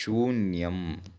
शून्यम्